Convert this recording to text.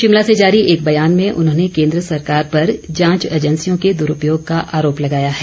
शिमला से जारी एक बयान में उन्होंने केन्द्र सरकार पर जांच एजैंसियों के द्ररूपयोग का आरोप लगाया है